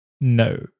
No